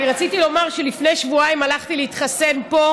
אני רציתי לומר שלפני שבועיים הלכתי להתחסן פה,